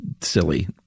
silly